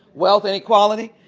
wealth inequality?